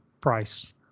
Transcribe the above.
price